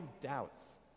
doubts